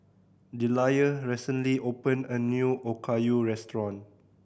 Deliah recently opened a new Okayu Restaurant